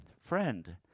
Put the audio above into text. Friend